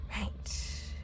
right